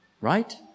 right